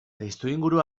testuinguru